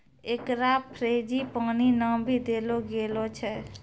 एकरा फ़्रेंजीपानी नाम भी देलो गेलो छै